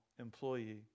employee